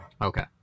Okay